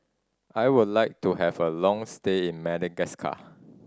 I would like to have a long stay in Madagascar